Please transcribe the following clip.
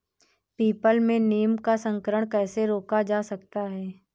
People में नीम का संकरण कैसे रोका जा सकता है?